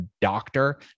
doctor